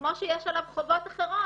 כמו שיש עליו חובות אחרות,